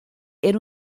era